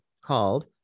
called